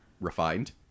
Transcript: refined